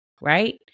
right